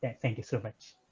and thank you so much.